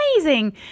amazing